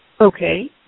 Okay